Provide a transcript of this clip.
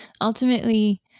ultimately